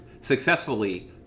successfully